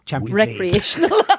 Recreational